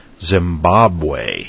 Zimbabwe